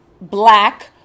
black